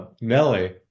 Nelly